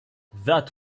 that